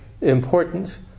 important